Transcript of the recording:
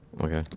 Okay